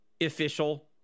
official